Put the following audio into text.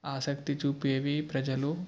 ఆసక్తి చూపేవి ప్రజలు